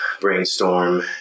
brainstorm